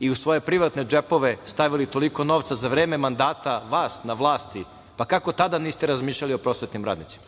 i u svoje privatne džepove stavili toliko novca za vreme mandata vas na vlasti, pa kako tada niste razmišljali o prosvetnim radnicima